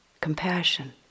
compassion